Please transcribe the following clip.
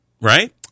right